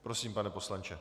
Prosím, pane poslanče.